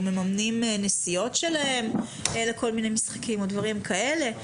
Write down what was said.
מממנים נסיעות שלהם לכל מיני משחקים או דברים כאלה,